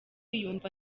yumva